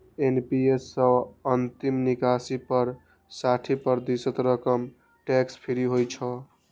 NPS सं अंतिम निकासी पर साठि प्रतिशत रकम टैक्स फ्री होइ छै